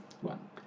one